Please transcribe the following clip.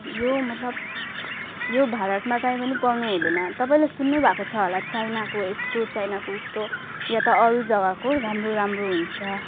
यो मतलब यो भारतमा काहीँ पनि पाउनु हुँदैन तपाईँले सुन्नु भएको छ होला चाइनाको यस्तो चाइनाको उस्तो वा त अरू जगाको राम्रो राम्रो हुन्छ